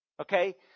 Okay